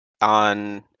on